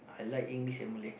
I like English and Malay